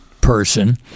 person